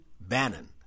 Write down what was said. Bannon